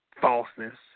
falseness